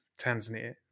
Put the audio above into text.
tanzania